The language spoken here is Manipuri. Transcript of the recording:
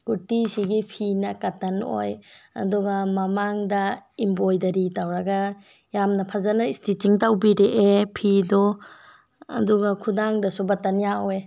ꯀꯨꯔꯇꯤꯁꯤꯒꯤ ꯐꯤꯅ ꯀꯇꯟ ꯑꯣꯏ ꯑꯗꯨꯒ ꯃꯃꯥꯡꯗ ꯏꯝꯕꯣꯏꯗꯔꯤ ꯇꯧꯔꯒ ꯌꯥꯝꯅ ꯐꯖꯅ ꯁ꯭ꯇꯤꯆꯤꯡ ꯇꯧꯕꯤꯔꯛꯑꯦ ꯐꯤꯗꯣ ꯑꯗꯨꯒ ꯈꯨꯗꯥꯡꯗꯁꯨ ꯕꯇꯟ ꯌꯥꯎꯌꯦ